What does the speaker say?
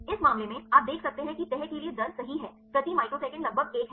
इस मामले में आप देख सकते हैं कि तह के लिए दर सही है प्रति माइक्रोसेकंड लगभग एक है